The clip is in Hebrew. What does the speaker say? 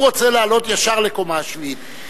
הוא רוצה לעלות ישר לקומה השביעית,